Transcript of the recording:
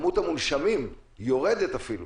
מספר המונשמים יורד, הוא